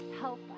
Help